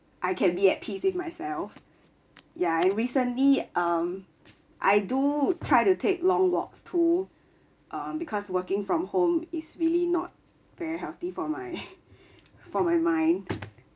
I can be at peace with myself ya I recently um I do try to take long walks to uh because working from home is really not very healthy for my for my mind